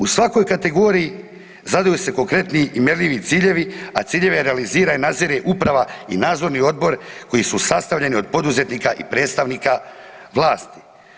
U svakoj kategoriji zadaju se konkretni i mjerljivi ciljevi, a ciljeve realizira i nadzire uprava i nadzorni odbor koji su sastavljeni od poduzetnika i predstavnika vlasti.